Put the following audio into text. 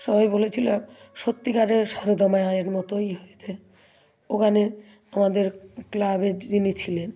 সবাই বলেছিল সত্যিকারের সারদা মায়ের মতোই হয়েছে ওখানের আমাদের ক্লাবের যিনি ছিলেন